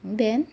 then